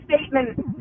statement